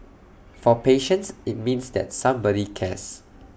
for patients IT means that somebody cares